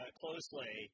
closely